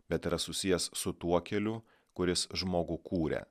bet yra susijęs su tuo keliu kuris žmogų kūria